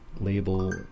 label